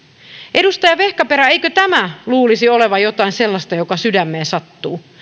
edustaja vehkaperä eikö tämän luulisi olevan jotain sellaista mikä sydämeen sattuu